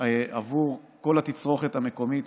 את הבשר הנדרש עבור כל התצרוכת המקומית,